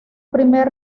primer